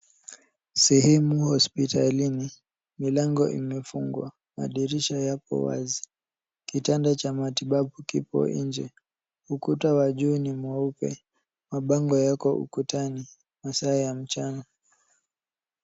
Sehemu hospitalini. Milango imefungwa. Madirisha yako wazi. Kitanda cha matibabu kipo nje. Ukuta wa juu ni mweupe. Mabango yako ukutani. Masaa ya mchana.